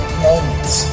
moments